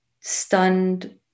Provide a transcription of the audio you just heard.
stunned